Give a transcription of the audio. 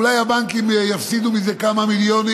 אולי הבנקים יפסידו מזה כמה מיליונים,